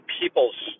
people's